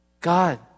God